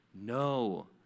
No